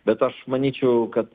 bet aš manyčiau kad